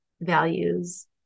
values